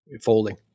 folding